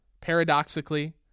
paradoxically